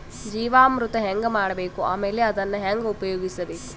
ಜೀವಾಮೃತ ಹೆಂಗ ಮಾಡಬೇಕು ಆಮೇಲೆ ಅದನ್ನ ಹೆಂಗ ಉಪಯೋಗಿಸಬೇಕು?